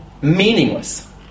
meaningless